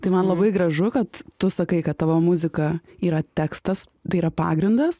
tai man labai gražu kad tu sakai kad tavo muzika yra tekstas tai yra pagrindas